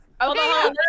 Okay